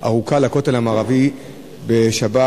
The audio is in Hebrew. ארוכה לכותל המערבי בשבת,